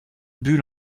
but